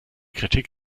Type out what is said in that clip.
kritik